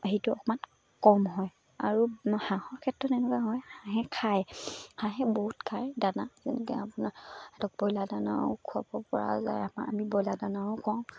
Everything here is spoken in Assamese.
সেইটো অকণমান কম হয় আৰু হাঁহৰ ক্ষেত্ৰত এনেকুৱা হয় হাঁহে খায় হাঁহে বহুত খায় দানা যেনেকৈ আপোনাৰ সিহঁতক ব্ৰইলাৰ দানাও খুৱাবপৰা যায় আমাৰ আমি ব্ৰইলাৰ দানাও কওঁ